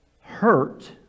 hurt